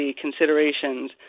considerations